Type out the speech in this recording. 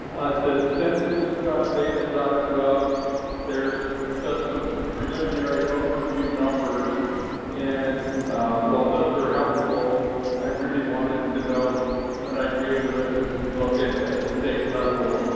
the census data gov there's just some preliminary overview numbers and while those are helpful i really wanted to know when i'd be able to look at a state level.